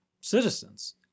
citizens